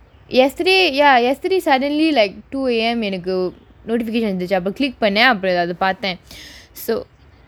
yesterday ya yesterday suddenly like two A_M எனக்கு:enakku notification வந்துச்சி அப்ப:vanthuchi appe click பண்ணேன் அப்புறம் அத பார்த்தேன்:pannaen appuram atha paarthaen so